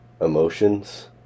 emotions